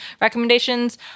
recommendations